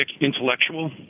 Intellectual